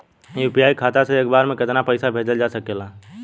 UPI खाता से एक बार म केतना पईसा भेजल जा सकेला?